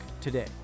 today